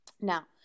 Now